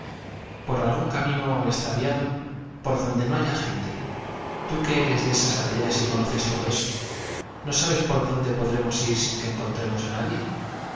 por algún camino extraviado por donde no haya gente tú que eres de esas aldeas y conoces todo eso no sabes por dónde podremos ir sin que encontremos a nadie